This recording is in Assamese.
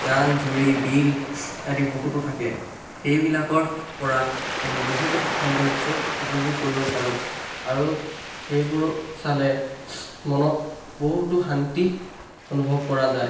জান জুৰি বিল আদি বহুতো থাকে সেইবিলাকৰ পৰা আমি বহুতো সৌন্দৰ্য উপভোগ কৰিব পাৰোঁ আৰু সেইবোৰ চালে মনত বহুতো শান্তি অনুভৱ কৰা যায়